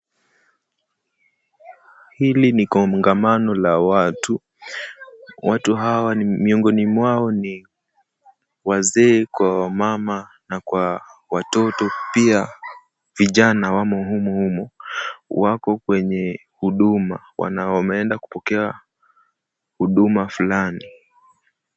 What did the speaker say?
Hili ni kwa kongamano la watu. Watu hawa miongoni wa watu wazee kwa wamama na kwa watoto pia vijana wamo humu humu wako kwenye huduma wameenda kupokea huduma fulani.